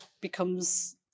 becomes